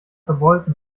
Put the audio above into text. verbeulten